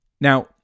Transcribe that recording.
Now